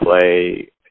play